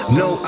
no